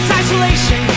isolation